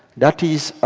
that is